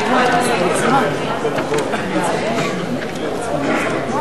להסיר מסדר-היום את הצעת חוק זכויות הדייר בדיור הציבורי (תיקון,